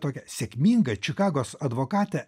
tokią sėkmingą čikagos advokatę